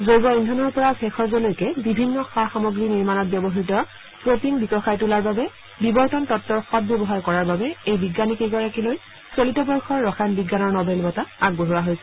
জৈৱ ইন্ধনৰ পৰা ভেষজলৈকে বিভিন্ন সা সামগ্ৰী নিৰ্মাণত ব্যৱহাত প্ৰটিন বিকশায় তোলাৰ বাবে বিবৰ্তন তত্ত্বৰ সদ ব্যৱহাৰ কৰাৰ বাবে এই বিজ্ঞানীকেইগৰাকীলৈ চলিত বৰ্ষৰ ৰসায়ন বিজ্ঞানৰ নবেট বঁটা আগবঢ়োৱা হৈছে